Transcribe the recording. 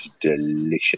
delicious